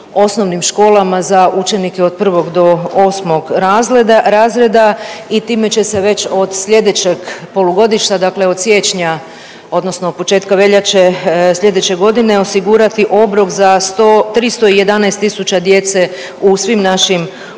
osnovnim školama za učenike od 1 do 8 razreda i time će se već od slijedećeg polugodišta, dakle od siječnja odnosno od početka veljače slijedeće godine osigurati obrok za 100, 311.000 djece u svim našim osnovnim